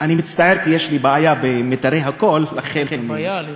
אני מצטער, יש לי בעיה במיתרי הקול, לכן אני שותה.